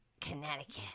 Connecticut